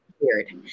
weird